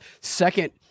second